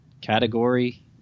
category